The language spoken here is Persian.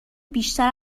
بیشتر